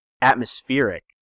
atmospheric